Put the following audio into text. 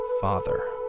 father